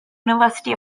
university